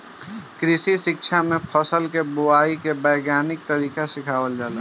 कृषि शिक्षा में फसल के बोआई के वैज्ञानिक तरीका सिखावल जाला